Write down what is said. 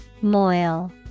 Moil